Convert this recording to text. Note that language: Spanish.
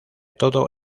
todo